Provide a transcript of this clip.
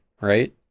right